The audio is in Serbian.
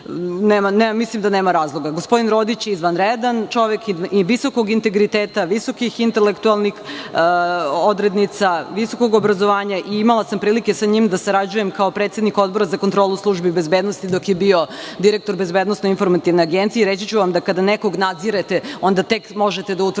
mislim da nema razloga. Gospodin Rodić je izvanredan čovek i visokog integriteta i visokih intelektualnih odrednica, visokog obrazovanja. Imala sam prilike sa njim da sarađujem kao predsednik Odbora za kontrolu službi bezbednosti dok je bio direktor BIA i reći ću vam, da kada nekog nadzirete onda tek možete da utvrdite